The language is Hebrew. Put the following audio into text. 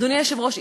אדוני היושב-ראש,